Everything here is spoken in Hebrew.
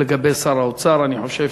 אני חושב,